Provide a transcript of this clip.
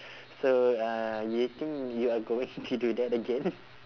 so uh you think you are going to do that again